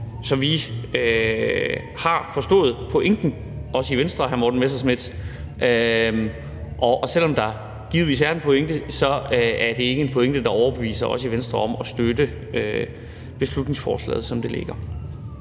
Så vi har også i Venstre forstået pointen, hr. Morten Messerschmidt, og selv om der givetvis er en pointe, er det ikke en pointe, der overbeviser os i Venstre om, at vi skal støtte beslutningsforslaget, som det ligger.